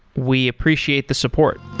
we appreciate the support